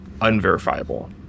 unverifiable